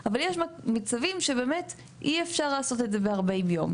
אבל יש ממצבים שבאמת אי אפשר לעשות את זה ב-40 יום,